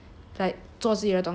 like 做自己的东西 lor